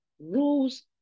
rules